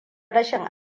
rashin